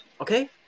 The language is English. Okay